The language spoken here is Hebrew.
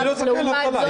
מי לא זכאי לאבטלה?